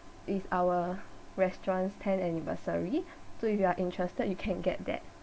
it's our restaurant's tenth anniversary so if you're interested you can get that